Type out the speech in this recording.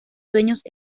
sueños